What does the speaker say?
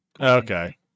Okay